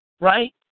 right